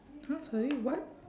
!huh! sorry what